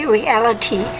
Reality